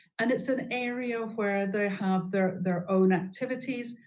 and it's an area where they have their their own activities,